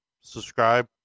Subscribe